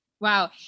Wow